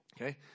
Okay